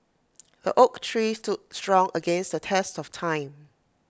the oak tree stood strong against the test of time